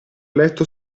letto